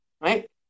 right